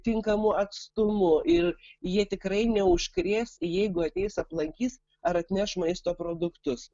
tinkamu atstumu ir jie tikrai neužkrės jeigu ateis aplankys ar atneš maisto produktus